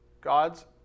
God's